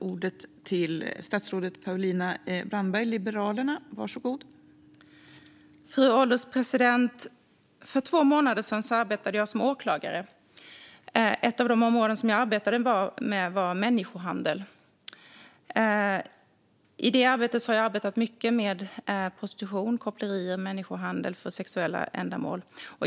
Fru ålderspresident! För två månader sedan arbetade jag som åklagare. Ett av de områden som jag arbetade med var människohandel. I det arbetet har jag arbetat mycket med prostitution, koppleri och människohandel för sexuella ändamål.